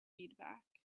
feedback